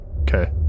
Okay